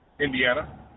Indiana